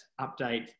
update